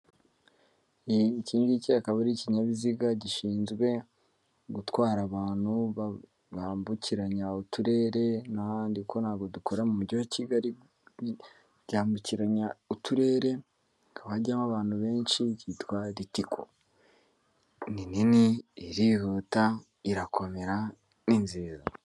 Iki ngiki akaba ari ikinyabiziga gishinzwe gutwara abantu bambukiranya uturere n'ahandi, ariko ntabwo gikorera mu mujyi wa Kigali, yambukiranya uturere hajyamo abantu benshi, yitwa Ritiko ni nini irihuta irakomera ni nziza.